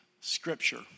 scripture